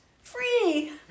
free